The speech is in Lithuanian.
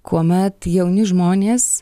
kuomet jauni žmonės